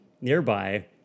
nearby